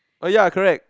oh ya correct